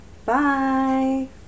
Bye